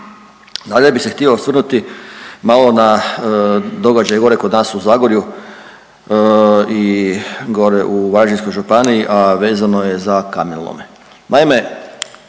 Ali ja bi se htio osvrnuti malo na događaj gore kod nas u Zagorju i gore u Varaždinskoj županiji, a vezano je za kamenolome.